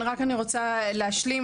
רק אני רוצה להשלים,